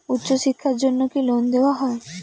উচ্চশিক্ষার জন্য কি লোন দেওয়া হয়?